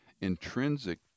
intrinsic